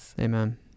amen